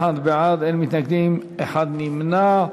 בעד, 21, אין מתנגדים, נמנע אחד.